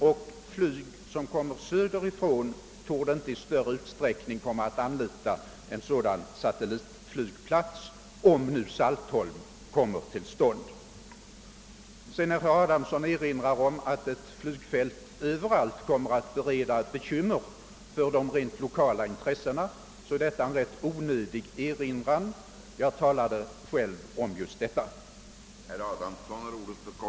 Och flyg söderifrån torde inte i någon större utsträckning komma att anlita en sådan satellitflygplats, om flygfältet på Saltholm blir verklighet. Herr Adamsson erinrade om att ett flygfält kommer att medföra bekymmer för de lokala intressena var det än placeras, men det är ju en ganska onödig erinran. Jag talade själv om samma sak.